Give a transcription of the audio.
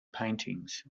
paintings